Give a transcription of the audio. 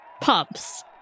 pumps